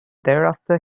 thereafter